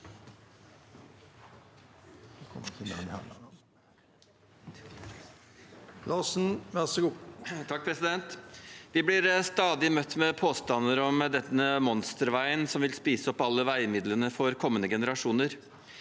Vi blir stadig møtt med påstander om denne monsterveien som vil spise opp alle veimidlene for kommende generasjoner.